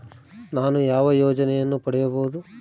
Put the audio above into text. ನಾನು ಯಾವ ಯೋಜನೆಯನ್ನು ಪಡೆಯಬಹುದು?